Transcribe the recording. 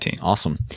Awesome